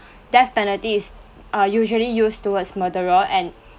death penalty is err usually used towards murderer and